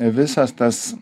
visas tas